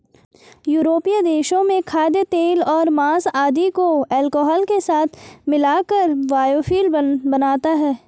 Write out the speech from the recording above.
यूरोपीय देशों में खाद्यतेल और माँस आदि को अल्कोहल के साथ मिलाकर बायोफ्यूल बनता है